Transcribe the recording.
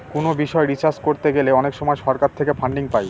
কোনো বিষয় রিসার্চ করতে গেলে অনেক সময় সরকার থেকে ফান্ডিং পাই